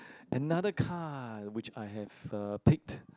another card which I have uh picked